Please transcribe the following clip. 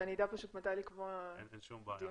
--- שאני אדע מתי לקבוע דיון.